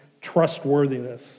trustworthiness